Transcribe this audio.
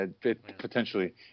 potentially